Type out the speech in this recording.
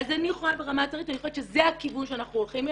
אז אני יכולה ברמה --- אני חושבת שזה הכיוון שאנחנו הולכים אליו.